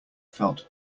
felt